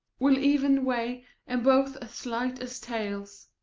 will even weigh and both as light as tales.